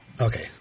Okay